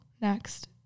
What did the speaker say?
next